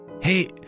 Hey